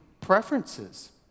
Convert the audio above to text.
preferences